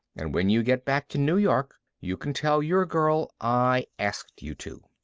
and when you get back to new york you can tell your girl i asked you to.